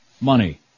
money